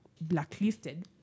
blacklisted